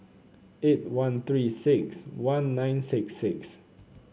eight one Three six one nine six six